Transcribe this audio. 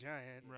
Giant